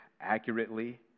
accurately